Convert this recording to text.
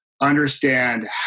understand